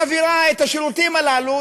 מעבירה את השירותים הללו.